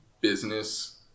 business